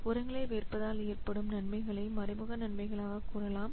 உரங்களை விற்பதால் ஏற்படும் நன்மைகளை மறைமுக நன்மைகளாக கூறலாம்